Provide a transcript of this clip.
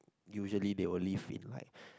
usually they only fit like